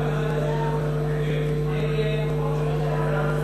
חוק הרבנות הראשית לישראל (הארכת כהונה של הרבנים